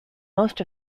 most